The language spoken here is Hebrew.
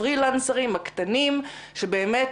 הפרילנסרים הקטנים שבאמת,